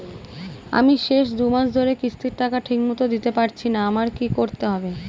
আমি শেষ দুমাস ধরে কিস্তির টাকা ঠিকমতো দিতে পারছিনা আমার কি করতে হবে?